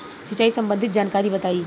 सिंचाई संबंधित जानकारी बताई?